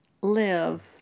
live